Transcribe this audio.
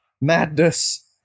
Madness